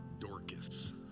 Dorcas